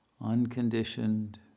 Unconditioned